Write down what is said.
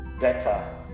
better